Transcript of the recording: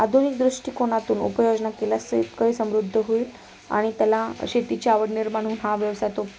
आधुनिक दृष्टिकोनातून उपाययोजना केल्यास शेतकरी समृद्ध होईल आणि त्याला शेतीची आवड निर्माण होऊन हा व्यवसाय तो